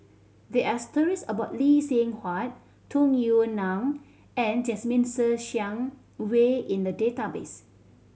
there are stories about Lee Seng Huat Tung Yue Nang and Jasmine Ser Xiang Wei in the database